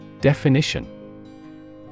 Definition